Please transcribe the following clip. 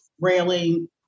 railing